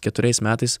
keturiais metais